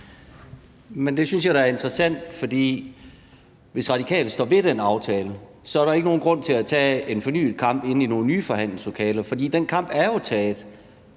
Det synes jeg da er interessant, for hvis Radikale står ved den aftale, er der ikke nogen grund til at tage en fornyet kamp inde i nogle nye forhandlingslokaler, for den kamp er jo taget.